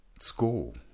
school